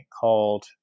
called